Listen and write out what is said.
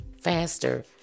faster